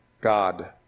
God